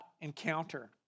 encounter